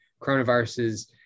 coronaviruses